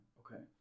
okay